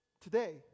today